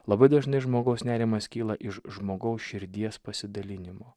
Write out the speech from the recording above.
labai dažnai žmogaus nerimas kyla iš žmogaus širdies pasidalinimo